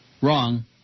Wrong